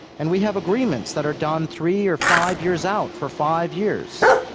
and we have agreements that are done three or five years out for five years.